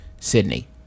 Sydney